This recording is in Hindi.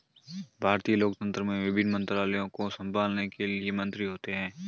भारतीय लोकतंत्र में विभिन्न मंत्रालयों को संभालने के लिए मंत्री होते हैं